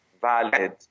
valid